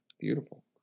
Beautiful